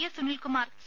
S Sunilkumar C